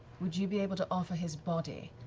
would you be able to offer his body